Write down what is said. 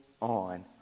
on